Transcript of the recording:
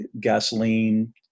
gasoline